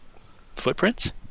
footprints